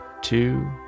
two